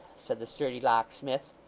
said the sturdy locksmith.